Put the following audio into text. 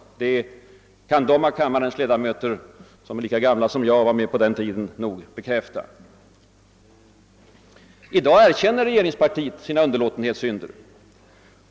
Det kan de av kammarens ledamöter som är lika gamla som jag här i riksdagen och alltså var med på den tiden säkert bekräfta. I dag erkänner regeringspartiet sina underlåtenhetssynder.